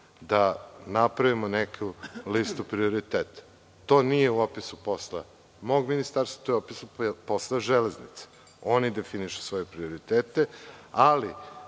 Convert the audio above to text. da napravimo neku listu prioriteta. To nije u opisu posla mog ministarstva, to je posao „Železnice“. Oni definišu svoje prioritete, ali